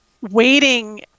waiting